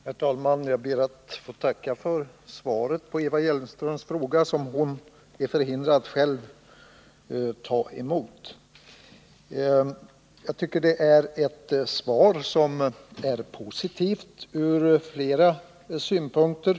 Herr talman! Jag ber att få tacka för svaret på Eva Hjelmströms fråga, som hon är förhindrad att själv ta emot. Jag tycker att det är ett svar som är positivt ur flera synpunkter.